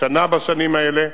בשנה בשנים האלה,